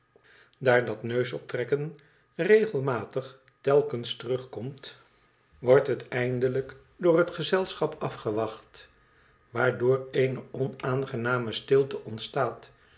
daar dat neusoptrekken regelmatig telkens terugkomt wordt het eindelijk door het gezelschap afgewacht waardoor eene onaangename stilte ontstaat